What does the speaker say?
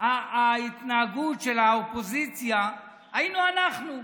ההתנהגות של האופוזיציה היינו אנחנו,